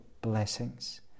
blessings